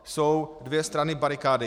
Jsou dvě strany barikády.